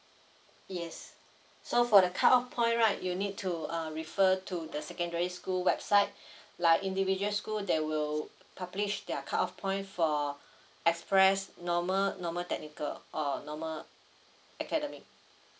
yes so for the cut off point right you need to uh refer to the secondary school website like individual school there will publish their cut off point for express normal normal technical or normal academic